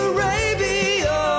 Arabia